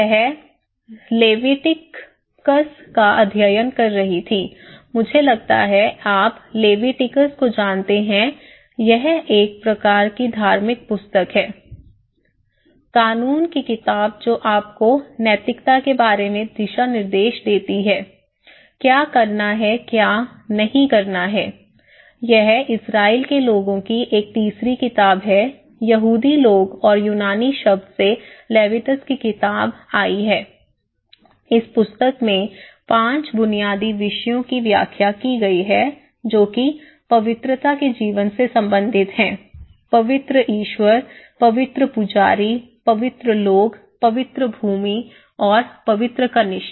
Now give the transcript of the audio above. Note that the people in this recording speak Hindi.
वह लेविटिकस का अध्ययन कर रही था मुझे लगता है कि आप लेविटिकस को जानते हैं यह एक प्रकार की धार्मिक पुस्तक है कानून की किताब जो आपको नैतिकता के बारे में दिशानिर्देश देती है क्या करना है क्या नहीं करना है यह इजरायल के लोगों की एक तीसरी किताब है यहूदी लोग और यूनानी शब्द से लेविटस की किताब आई है इस पुस्तक में पांच बुनियादी विषयों की व्याख्या की गई है जो कि पवित्रता के जीवन से संबंधित है पवित्र ईश्वर पवित्र पुजारी पवित्र लोग पवित्र भूमि और पवित्र कनिष्ठ